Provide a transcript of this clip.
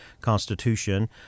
constitution